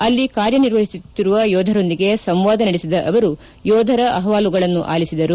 ಅಲ್ಲಿ ಕಾರ್ಯನಿರ್ವಹಿಸುತ್ತಿರುವ ಯೋಧರೊಂದಿಗೆ ಸಂವಾದ ನಡೆಸಿದ ಅವರು ಯೋಧರ ಅಹವಾಲುಗಳನ್ನು ಆಲಿಬಿದರು